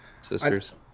sisters